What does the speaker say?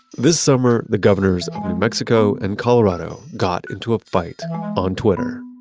this summer, the governors mexico and colorado got into a fight on twitter.